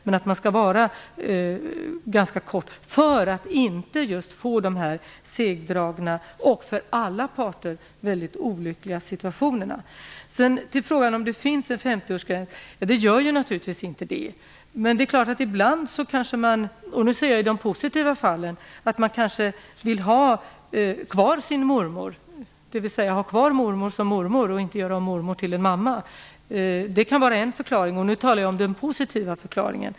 Utredningar skall alltså pågå under ganska kort tid, för att inte just få dessa segdragna och för alla parter mycket olyckliga situationer. Så till frågan om det finns en 50-årsgräns. Det gör det naturligtvis inte. Ibland - jag tar nu de positiva fallen - kanske man vill ha kvar sin mormor, dvs. ha kvar mormor som mormor och inte göra om henne till en mamma. Det kan vara en förklaring, och nu talar jag om en positiv förklaring.